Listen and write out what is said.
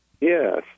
Yes